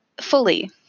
fully